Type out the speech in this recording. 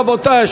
רבותי,